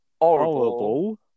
horrible